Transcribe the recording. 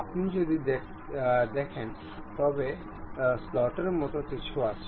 আপনি যদি দেখেন তবে স্লটের মতো কিছু আছে